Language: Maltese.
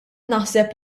naħseb